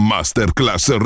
Masterclass